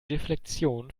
reflexion